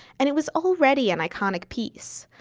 and it was already an iconic piece.